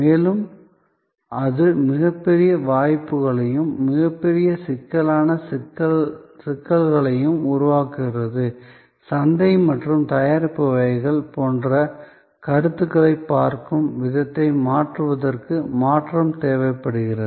மேலும் அது மிகப்பெரிய வாய்ப்புகளையும் மிகப்பெரிய சிக்கலான சிக்கல்களையும் உருவாக்குகிறது சந்தை மற்றும் தயாரிப்பு வகைகள் போன்ற கருத்துகளைப் பார்க்கும் விதத்தை மாற்றுவதற்கு மாற்றம் தேவைப்படுகிறது